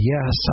Yes